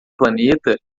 planeta